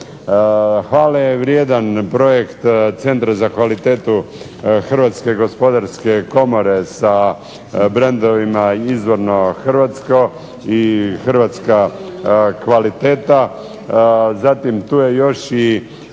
Hvale je vrijedan projekt Centra za kvalitetu Hrvatske gospodarske komore sa brendovima izvorno hrvatsko i hrvatska kvaliteta.